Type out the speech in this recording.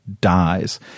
dies